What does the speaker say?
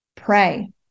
Pray